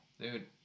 dude